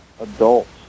adults